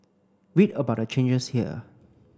read about the changes here